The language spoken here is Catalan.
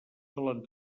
solen